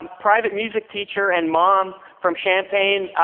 private music teacher and mom from champagne,